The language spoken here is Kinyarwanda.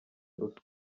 ruswa